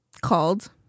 Called-